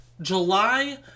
july